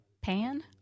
Pan